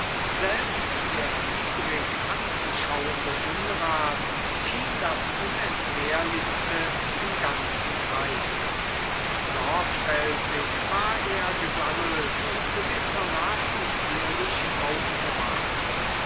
selbst der widrig anzuschauende unrat schien das unentbehrlichste im ganzen kreise sorgfältig war er gesammelt und gewissermaßen zierlich aufbewahrt